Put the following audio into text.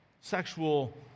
sexual